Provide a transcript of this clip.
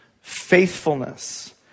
faithfulness